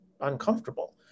uncomfortable